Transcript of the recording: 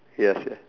ya sia